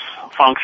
function